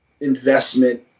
investment